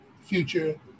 future